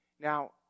Now